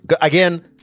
Again